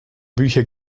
bücher